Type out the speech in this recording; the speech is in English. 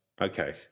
Okay